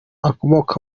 akomoka